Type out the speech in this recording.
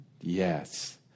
Yes